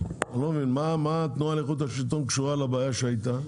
מה התנועה לאיכות השלטון קשורה לבעיה של החשמל שהיתה?